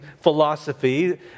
philosophy